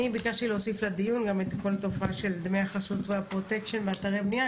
ביקשתי להוסיף לדיון את כל תופעת דמי החסות והפרוטקשן באתרי הבנייה,